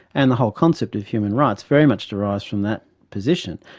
and the whole concept of human rights very much derives from that position,